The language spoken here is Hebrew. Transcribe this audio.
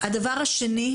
הדבר השני,